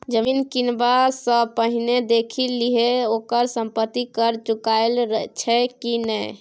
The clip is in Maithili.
जमीन किनबा सँ पहिने देखि लिहें ओकर संपत्ति कर चुकायल छै कि नहि?